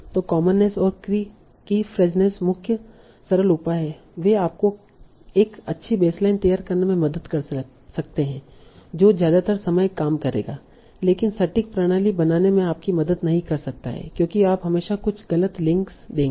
तो कॉमननेस और कीफ्रेजनेस मुख्यता सरल उपाय हैं वे आपको एक अच्छी बेसलाइन तैयार करने में मदद कर सकते हैं जो ज्यादातर समय काम करेगा लेकिन सटीक प्रणाली बनाने में आपकी मदद नहीं कर सकता है क्योंकि आप हमेशा कुछ गलत लिंक्स देंगे